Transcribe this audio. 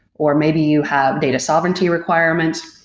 or maybe you have data sovereignty requirements,